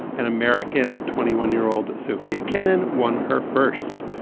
an american at twenty one year old sophia keinon won her first.